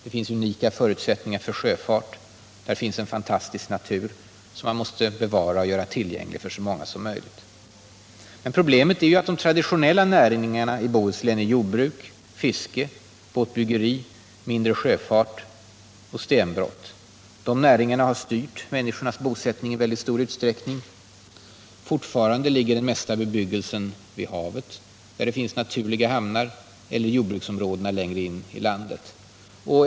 Man har unika förutsättningar för sjöfart, och där finns en fantastisk natur som man måste bevara och göra tillgänglig för så många som möjligt. Problemet är att de traditionella näringarna i Bohuslän är jordbruk, fiske, båtbyggeri, mindre sjöfart och stenbrott. Dessa näringar har i mycket stor utsträckning styrt människornas bosättning. Fortfarande ligger den största delen av bebyggelsen vid havet, där det finns naturliga hamnar, eller i jordbruksområdena längre in i landet.